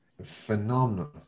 phenomenal